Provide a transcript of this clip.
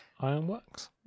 Ironworks